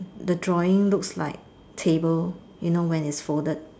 the drawing looks like table you know when it's folded